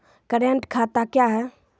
Current खाता क्या हैं?